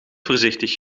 voorzichtig